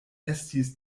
estis